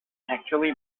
actually